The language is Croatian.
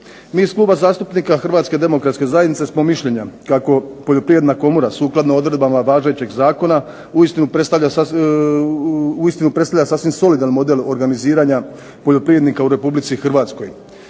MI iz Kluba Hrvatske demokratske zajednice smo mišljenja kako poljoprivredna Komora sukladno odredbama važećeg zakona uistinu predstavlja sasvim solidan model organiziranja poljoprivrednika u Republici Hrvatskoj,